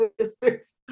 sisters